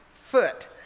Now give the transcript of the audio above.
foot